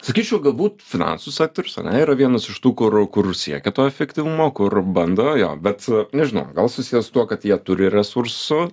sakyčiau galbūt finansų sektorius ane yra ir vienas iš tų kur kur siekia to efektyvumo kur bando jo bet nežinau gal susiję su tuo kad jie turi resursų